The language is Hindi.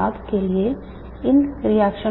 में समझेंगे